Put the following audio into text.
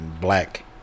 Black